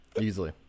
easily